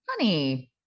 honey